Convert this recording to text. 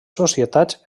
societats